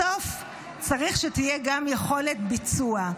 בסוף צריך שתהיה גם יכולת ביצוע,